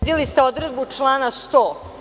Povredili ste odredbu člana 100.